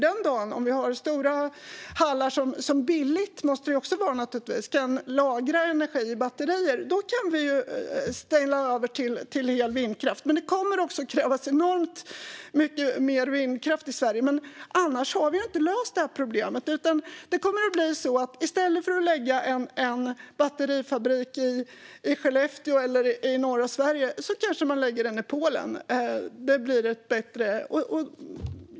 Den dagen som vi har stora hallar som billigt kan lagra energi i batterier kan vi ställa över till hel vindkraft. Men det kommer också att krävas enormt mycket mer vindkraft i Sverige. Annars har vi inte löst problemet. Det kommer att bli så att i stället för att lägga en batterifabrik i Skellefteå eller i norra Sverige kanske man lägger den i Polen.